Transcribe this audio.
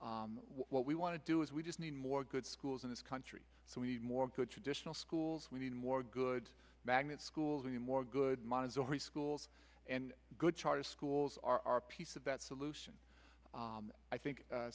things what we want to do is we just need more good schools in this country so we need more good traditional schools we need more good magnet schools any more good montessori schools and good charter schools are piece of that solution i think